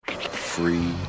Free